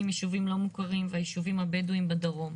ויישובים לא מוכרים ביישובים הבדואים בדרום.